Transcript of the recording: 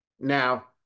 Now